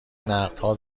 نقدها